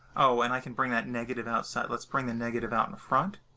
and i can bring that negative outside. let's bring the negative out in the front.